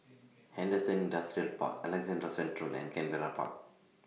Henderson Industrial Park Alexandra Central and Canberra Park